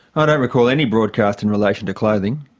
i don't recall any broadcast in relation to clothing.